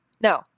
No